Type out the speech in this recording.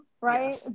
right